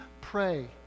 pray